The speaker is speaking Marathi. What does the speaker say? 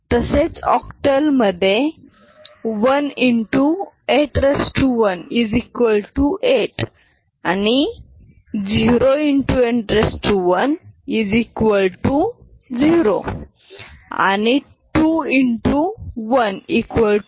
तसेच ऑक्टलमधे 1x818 आणि 0x810 आणि 2x12